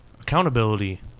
Accountability